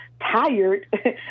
tired